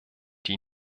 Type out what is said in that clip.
die